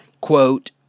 quote